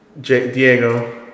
Diego